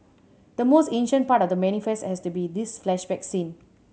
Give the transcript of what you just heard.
the most ancient part of The Manifest has to be this flashback scene